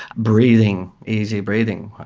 breathing, easy breathing.